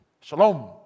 Shalom